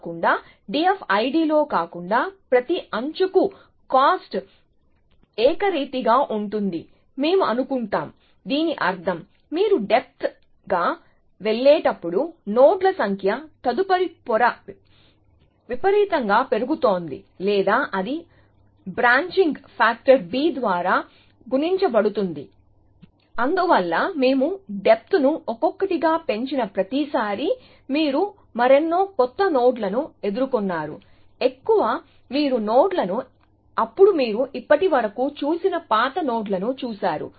కాకుండా DFID లో కాకుండా ప్రతి అంచుకు కాస్ట్ ఏకరీతిగా ఉంటుంది మేము అనుకుంటాం దీని అర్థం మీరు డెప్త్ గా వెళ్ళేటప్పుడు నోడ్ల సంఖ్య తదుపరి పొర విపరీతంగా పెరుగుతోంది లేదా అది బ్రాంచింగ్ ఫ్యాక్టర్ b ద్వారా గుణించబడుతుంది అందువల్ల మేము డెప్త్ ను ఒక్కొక్కటిగా పెంచిన ప్రతిసారీ మీరు మరెన్నో కొత్త నోడ్లను ఎదుర్కొన్నారు ఎక్కువ మీరు నోడ్లను అప్పుడు మీరు ఇప్పటివరకు చూసిన పాత నోడ్లను చూశారు